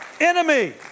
enemy